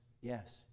yes